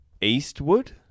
Eastwood